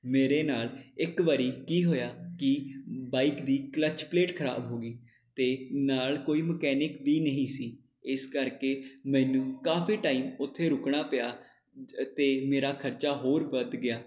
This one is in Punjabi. ਮੇਰੇ ਨਾਲ ਇੱਕ ਵਾਰ ਕੀ ਹੋਇਆ ਕਿ ਬਾਈਕ ਦੀ ਕਲੱਚ ਪਲੇਟ ਖ਼ਰਾਬ ਹੋ ਗਈ ਅਤੇ ਨਾਲ ਕੋਈ ਮਕੈਨਿਕ ਵੀ ਨਹੀਂ ਸੀ ਇਸ ਕਰਕੇ ਮੈਨੂੰ ਕਾਫੀ ਟਾਈਮ ਉੱਥੇ ਰੁਕਣਾ ਪਿਆ ਅਤੇ ਮੇਰਾ ਖਰਚਾ ਹੋਰ ਵੱਧ ਗਿਆ